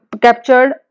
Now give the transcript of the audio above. captured